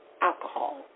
alcohol